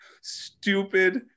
stupid